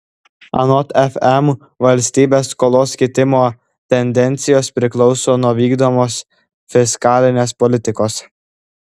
anot fm valstybės skolos kitimo tendencijos priklauso nuo vykdomos fiskalinės politikos